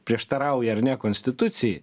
prieštarauja ar ne konstitucijai